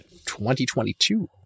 2022